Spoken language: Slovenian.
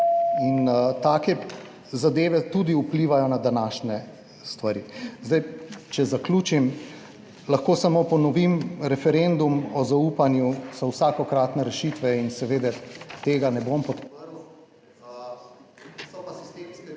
in take zadeve tudi vplivajo na današnje stvari. Zdaj, če zaključim, lahko samo ponovim, referendum o zaupanju so vsakokratne rešitve in seveda tega ne bom podprl… / izklop mikrofona/